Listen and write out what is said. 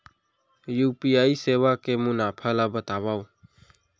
UPI सेवा के मुनाफा ल बतावव?